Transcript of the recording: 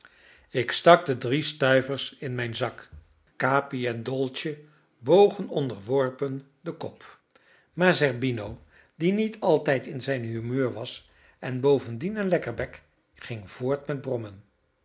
ik stak de drie stuivers in mijn zak capi en dolce bogen onderworpen den kop maar zerbino die niet altijd in zijn humeur was en bovendien een lekkerbek ging voort met brommen